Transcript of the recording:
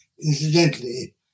incidentally